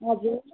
हजुर